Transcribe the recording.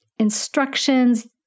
instructions